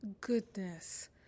goodness